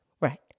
Right